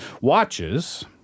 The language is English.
Watches